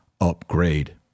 Upgrade